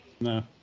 No